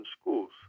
schools